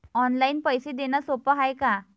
Online पैसे देण सोप हाय का?